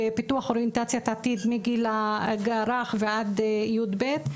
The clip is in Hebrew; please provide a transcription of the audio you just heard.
בפיתוח אוריינטציית עתיד מגיל הרך ועד י"ב,